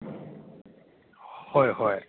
ꯍꯣꯏ ꯍꯣꯏ